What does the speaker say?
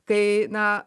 kai na